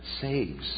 saves